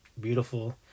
beautiful